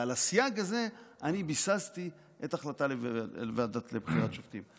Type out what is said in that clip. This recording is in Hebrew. ועל הסייג הזה אני ביססתי את ההחלטה בוועדה לבחירת שופטים.